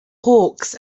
hawks